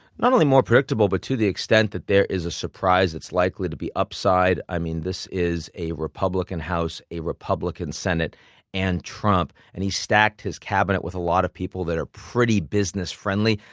not only more predictable, but to the extent that there is a surprise that's likely to be upside. i mean, this is a republican house, a republican senate and trump. and he stacked his cabinet with a lot of people that are pretty business-friendly,